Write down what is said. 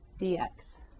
dx